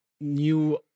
new